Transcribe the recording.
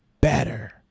better